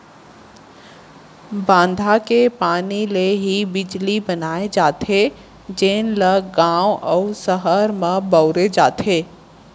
बांधा के पानी ले ही बिजली बनाए जाथे जेन ल गाँव अउ सहर म बउरे जाथे